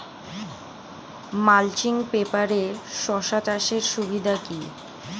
Mulching পেপারে শসা চাষের সুবিধা কি?